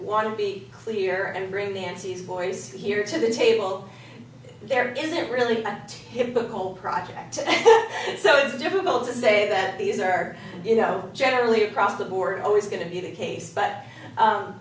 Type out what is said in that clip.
want to be clear and bring dancy's voice here to the table there given that really typical project and so it's difficult to say that these are you know generally across the board always going to be the case but